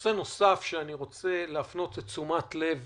נושא נוסף שאני רוצה להפנות את תשומת לב